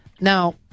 Now